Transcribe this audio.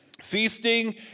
Feasting